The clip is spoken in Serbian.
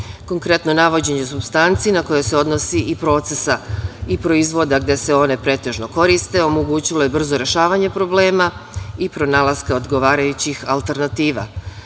Konkretno navođenje supstanci na koje se odnosi, i procesa, i proizvoda gde se one pretežno koriste omogućilo je brzo rešavanje problema i pronalaska odgovarajućih alternativa. Takođe,